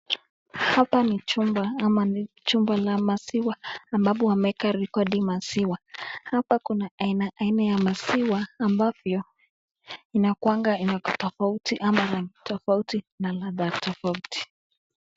Hapa ni chumba ama ni jumba la maziwa ambapo wameeka rekodi maziwa. Hapa kuna aina aina ya maziwa ambavyo inakuanga ni tofauti ama rangi tofauti na ladha tofauti.